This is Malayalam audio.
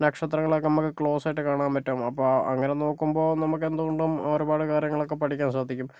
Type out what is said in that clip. നക്ഷത്രങ്ങളൊക്കെ നമുക്ക് ക്ലോസ് ആയിട്ട് കാണാൻ പറ്റും അപ്പോൾ അങ്ങനെ നോക്കുമ്പോൾ എന്തുകൊണ്ടും നമുക്ക് ഒരുപാട് കാര്യങ്ങളൊക്കെ പഠിക്കാൻ സാധിക്കും